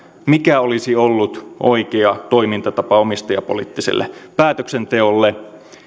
mikä olisi ollut oikea toimintatapa omistajapoliittiselle päätöksenteolle